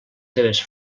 seves